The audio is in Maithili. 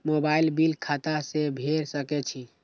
मोबाईल बील खाता से भेड़ सके छि?